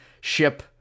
ship